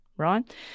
right